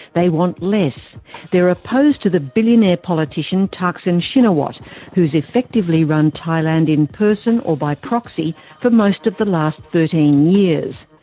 they want less. they're opposed to the billionaire politician thaksin shinawatra who has effectively run thailand in person or by proxy for most of the last thirteen years.